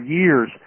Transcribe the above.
years